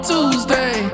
Tuesday